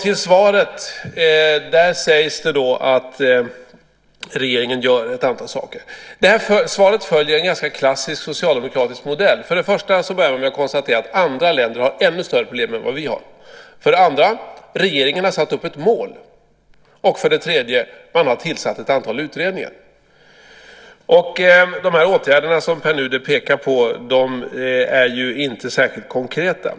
I svaret sägs det att regeringen gör ett antal saker. Svaret följer en ganska klassisk socialdemokratisk modell. Han konstaterar för det första att andra länder har ännu större problem än vad vi har, för det andra att regeringen har satt upp ett mål och för det tredje att man har tillsatt ett antal utredningar. De åtgärder som Pär Nuder pekar på är inte särskilt konkreta.